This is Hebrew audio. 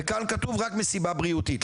וכאן כתוב רק מסיבה בריאותית,